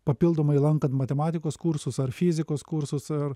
papildomai lankant matematikos kursus ar fizikos kursus ar